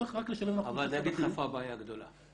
אני אגיד לך איפה הבעיה הגדולה.